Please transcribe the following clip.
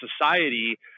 society